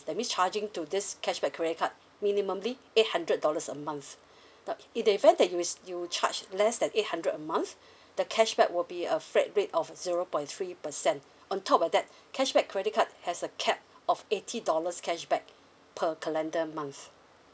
that means charging to this cashback credit card minimally eight hundred dollars a month but in the event that you were you charge less than eight hundred a month the cashback will be a flat rate of zero point three percent on top of that cashback credit card has a cap of eighty dollars cashback per calendar month